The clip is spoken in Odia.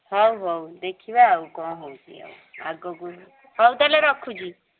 ହଉ ହଉ ଦେଖିବା ଆଉ କ'ଣ ହେଉଛି ଆଉ ଆଗକୁ ହଉ ତା'ହେଲେ ରଖୁଛି